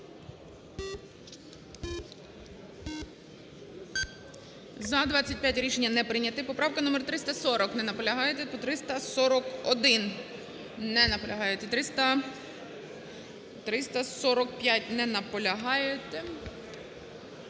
За-25 Рішення не прийнято. Поправка номер 340. Не наполягаєте. 341. Не наполягаєте. 345. Не наполягаєте.